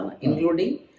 including